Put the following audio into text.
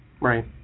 Right